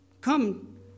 come